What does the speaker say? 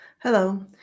Hello